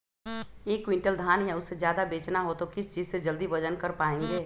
एक क्विंटल धान या उससे ज्यादा बेचना हो तो किस चीज से जल्दी वजन कर पायेंगे?